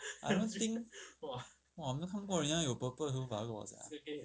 I don't think !wah! 我没有看过人家有 purple 的头发 sia